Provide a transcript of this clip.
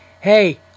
hey